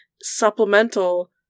supplemental